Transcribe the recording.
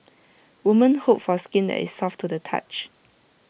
woman hope for skin that is soft to the touch